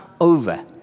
over